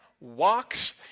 walks